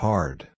Hard